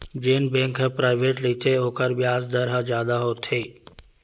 जेन बेंक ह पराइवेंट रहिथे ओखर बियाज दर ह जादा होथे